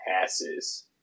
passes